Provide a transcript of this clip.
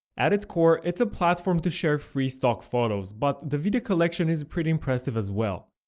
at its core, it's a platform to share free stock photos, but the video collection is pretty impressive as well.